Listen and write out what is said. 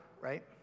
right